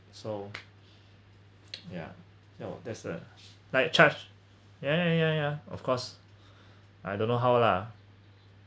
so yeah no there's a like charge ya ya ya ya of course I don't know how lah